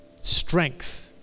strength